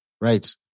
Right